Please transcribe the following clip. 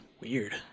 Weird